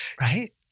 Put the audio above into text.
right